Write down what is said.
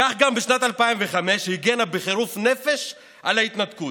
כך בשנת 2005 היא הגנה בחירוף נפש על ההתנתקות,